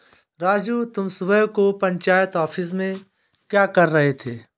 राजू तुम सुबह को पंचायत ऑफिस में क्या कर रहे थे?